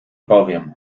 powiem